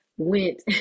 went